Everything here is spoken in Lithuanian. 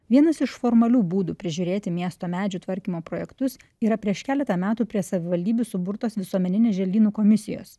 vienas iš formalių būdų prižiūrėti miesto medžių tvarkymo projektus yra prieš keletą metų prie savivaldybių suburtos visuomeninių želdynų komisijos